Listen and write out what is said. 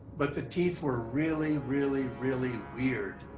but the teeth were really, really, really weird,